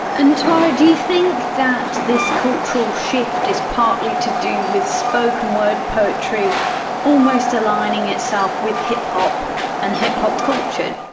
and tara, do you think that this cultural shift is partly to do with spoken word poetry almost aligning itself with hip-hop and hip-hop culture?